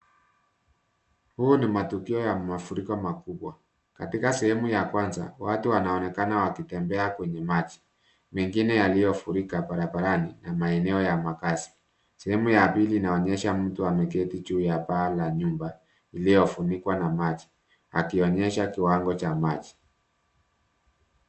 Huu ni matukio ya mafuriko makubwa. Katika sehemu ya kwanza watu wanaonekana wakitembea kwenye maji mengine yaliyofurika barabarani na maeneo ya makazi. Sehemu ya pili inaonyesha mtu ameketi juu ya paa la nyumba iliyofunikwa na maji akionyesha kiwango cha maji.